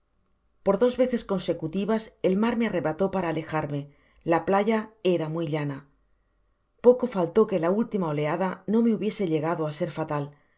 por dos veces consecutivas el mar me arrebató para alejarme a playa era muy llana poco faltó que la última oleada no me hubiese llegado á ser fatal